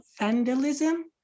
vandalism